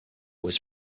was